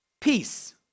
Peace